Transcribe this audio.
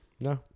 No